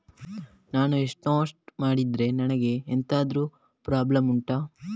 ನಾನು ಇನ್ವೆಸ್ಟ್ ಮಾಡಿದ್ರೆ ನನಗೆ ಎಂತಾದ್ರು ಪ್ರಾಬ್ಲಮ್ ಉಂಟಾ